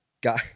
guy